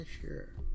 sure